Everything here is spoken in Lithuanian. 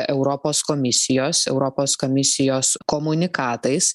europos komisijos europos komisijos komunikatais